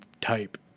type